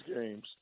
games